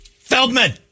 Feldman